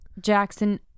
Jackson